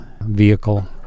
vehicle